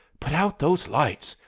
put out those lights.